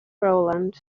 rowland